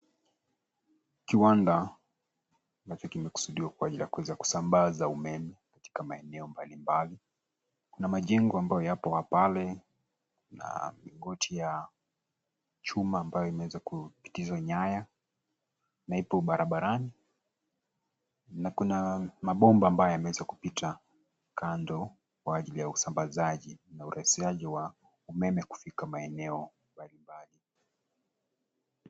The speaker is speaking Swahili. Kiwanda nacho kimekusudiwa kueza kusambaza umeme katika maeneo mbalimbali. Kuna majengo ambayo yapo pale na milingoti ya chuma ambayo imeeza kupitizwa nyaya na ipo barabarani na kuna mabomba ambayo yameeza kupita kando kwa ajili ya usambazaji na urahisishaji wa umeme kufika maeneo mbalimbali.